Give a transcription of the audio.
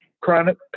chronic